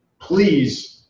please